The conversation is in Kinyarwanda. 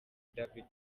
david